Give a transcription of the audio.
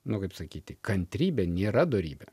nu kaip sakyti kantrybė nėra dorybė